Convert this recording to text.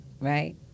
right